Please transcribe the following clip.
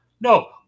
No